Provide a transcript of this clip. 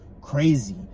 crazy